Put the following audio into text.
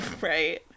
right